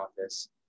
office